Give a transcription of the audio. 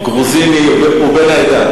גרוזיני, ובן העדה.